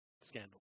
scandal